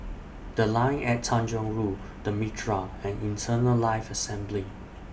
The Line At Tanjong Rhu The Mitraa and Eternal Life Assembly